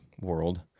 world